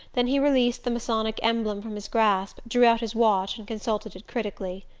then he released the masonic emblem from his grasp, drew out his watch and consulted it critically.